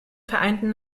vereinten